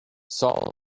saul